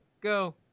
go